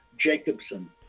Jacobson